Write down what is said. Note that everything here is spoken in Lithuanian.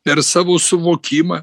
per savo suvokimą